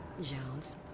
jones